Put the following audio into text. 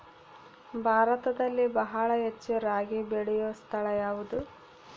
ಭಾರತದಲ್ಲಿ ಬಹಳ ಹೆಚ್ಚು ರಾಗಿ ಬೆಳೆಯೋ ಸ್ಥಳ ಯಾವುದು?